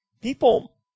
People